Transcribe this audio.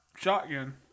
Shotgun